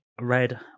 red